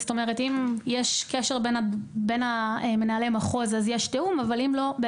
אם יש קשר בין מנהלי המחוז אז יש תיאום אבל אם לא,